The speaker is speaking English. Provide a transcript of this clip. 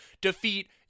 defeat